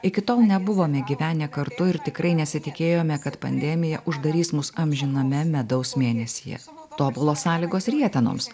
iki tol nebuvome gyvenę kartu ir tikrai nesitikėjome kad pandemija uždarys mus amžiname medaus mėnesyje tobulos sąlygos rietenoms